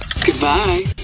Goodbye